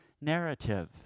narrative